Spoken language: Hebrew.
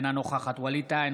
אינה נוכחת ווליד טאהא,